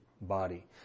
body